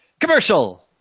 Commercial